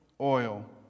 oil